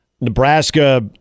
Nebraska